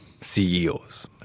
CEOs